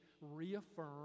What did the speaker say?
reaffirm